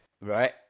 Right